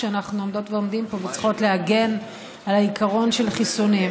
ועומדים פה וצריכות להגן על העיקרון של חיסונים.